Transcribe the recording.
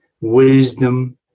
wisdom